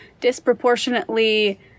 disproportionately